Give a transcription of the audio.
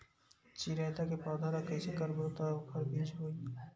चिरैता के पौधा ल कइसे करबो त ओखर बीज होई?